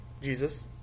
Jesus